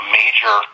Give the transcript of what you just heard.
major